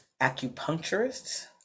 acupuncturists